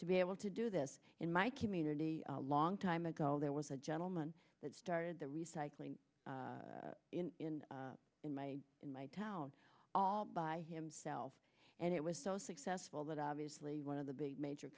to be able to do this in my community a long time go there was a gentleman that started the recycling in in my in my town all by himself and it was so successful that obviously one of the big major